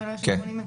כן.